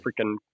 freaking